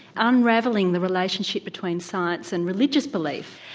unravelling the relationship between science and religious belief.